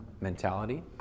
mentality